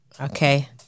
Okay